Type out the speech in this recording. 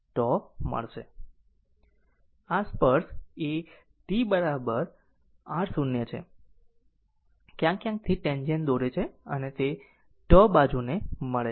અને આ સ્પર્શ એ a t t R 0 છે ક્યાંક ક્યાંકથી ટેન્જેન્ટ દોરે છે અને તે τ બાજુએ મળે છે